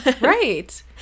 Right